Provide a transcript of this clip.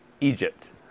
Egypt